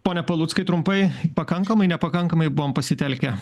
pone paluckai trumpai pakankamai nepakankamai buvom pasitelkę